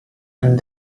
and